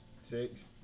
Six